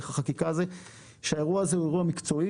החקיקה הזה - היא שהאירוע הזה הוא אירוע מקצועי.